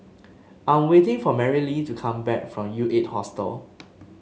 I'm waiting for Marylee to come back from U Eight Hostel